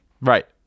Right